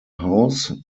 house